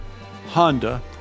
Honda